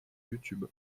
youtube